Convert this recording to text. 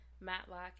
Matlock